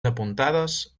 apuntades